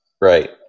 Right